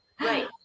right